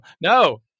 no